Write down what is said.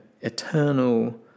eternal